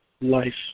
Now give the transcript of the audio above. life